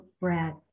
bread